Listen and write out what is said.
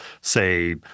say